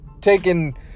taking